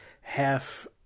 half